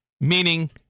Meaning